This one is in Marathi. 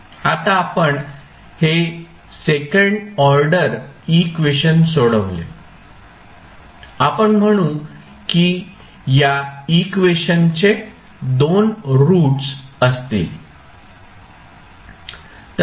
आता आपण हे सेकंड ऑर्डर इक्वेशन सोडवले आपण म्हणू की या इक्वेशनचे दोन रूट्स असतील